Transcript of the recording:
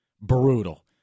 Brutal